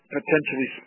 potentially